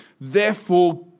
Therefore